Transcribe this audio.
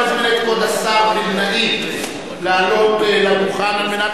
אני מזמין את כבוד השר וילנאי לעלות לדוכן על מנת